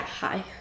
hi